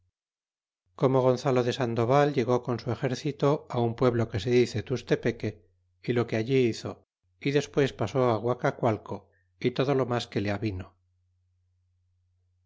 como gonzalo de sandoval llegó con su exércil o á un pueblo que se dice tustepeque y lo que allí hizo y desplace pasó á guacamaleo y todo lo mas qar le avino